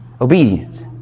Obedience